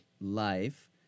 life